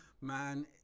Man